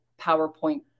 PowerPoint